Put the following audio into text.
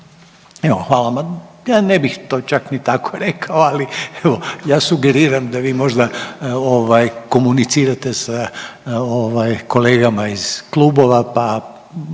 Evo, hvala, ja ne bih to čak ni tako rekao, ali evo ja sugeriram da vi možda ovaj komunicirate sa ovaj kolegama iz klubova pa